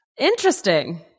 Interesting